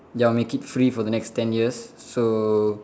ya I'll make it free for the next ten years so